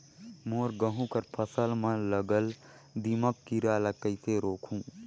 मोर गहूं कर फसल म लगल दीमक कीरा ला कइसन रोकहू?